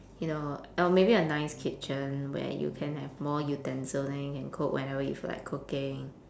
you know or maybe a nice kitchen where you can have more utensils then you can cook whenever you feel like cooking